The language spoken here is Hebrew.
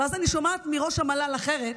ואז אני שומעת מראש המל"ל אחרת,